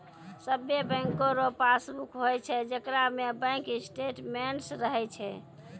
सभे बैंको रो पासबुक होय छै जेकरा में बैंक स्टेटमेंट्स रहै छै